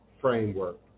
framework